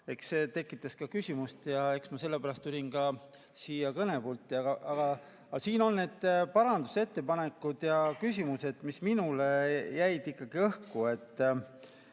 See tekitas küsimusi ja eks ma sellepärast tulin ka siia kõnepulti. Aga siin on need parandusettepanekud ja küsimused, mis minu arvates jäid ikkagi õhku.